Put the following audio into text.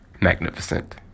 magnificent